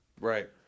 Right